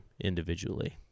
individually